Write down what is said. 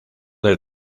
del